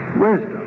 wisdom